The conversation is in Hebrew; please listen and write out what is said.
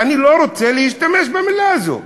ואני לא רוצה להשתמש במילה הזאת,